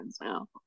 Now